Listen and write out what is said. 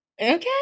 Okay